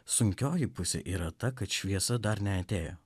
sunkioji pusė yra ta kad šviesa dar neatėjo